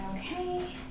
Okay